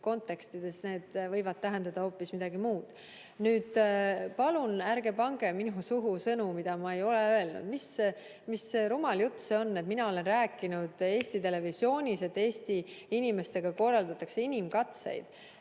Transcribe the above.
kontekstides need võivad tähendada hoopis midagi muud. Palun ärge pange minu suhu sõnu, mida ma ei ole öelnud! Mis rumal jutt see on, et mina olen rääkinud Eesti Televisioonis, et Eesti inimestega korraldatakse inimkatseid!?